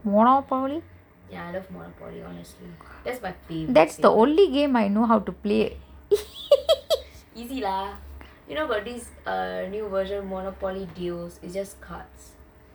ya I love monopoly honestly that's my favourite easy lah you know got this new version monopoly deals it's only cards